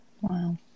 Wow